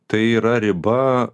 tai yra riba